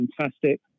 fantastic